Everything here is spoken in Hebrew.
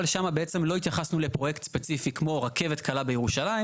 אבל שם בעצם לא התייחסנו לפרויקט ספציפי כמו רכבת קלה בירושלים,